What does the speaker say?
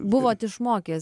buvot išmokęs